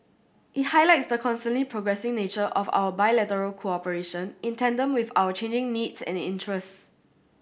it highlights the constantly progressing nature of our bilateral cooperation in tandem with our changing needs and interests